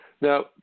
Now